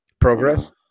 progress